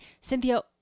Cynthia